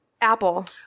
Apple